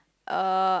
uh